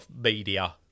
media